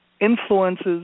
influences